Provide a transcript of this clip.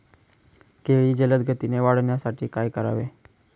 केळी जलदगतीने वाढण्यासाठी काय करावे?